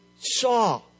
saw